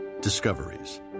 discoveries